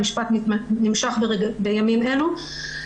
המשפט נמשך בימים אלו.